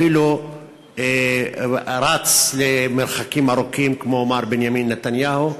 אפילו רץ למרחקים ארוכים כמו מר בנימין נתניהו.